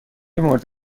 مورد